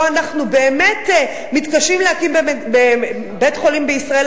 אנחנו באמת מתקשים להקים בית-חולים פה בישראל,